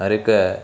हर हिक